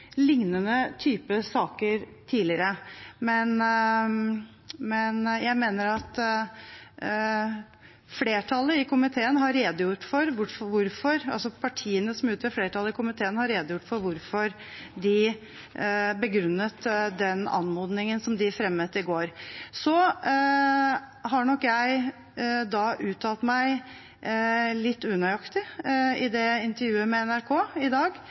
lignende saker tidligere. Men jeg mener at flertallet i komiteen har redegjort for – altså partiene som utgjør flertallet i komiteen – hvorfor de begrunnet den anmodningen som de fremmet i går. Så har jeg nok uttalt meg litt unøyaktig i intervjuet med NRK i dag.